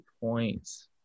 points